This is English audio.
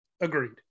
Agreed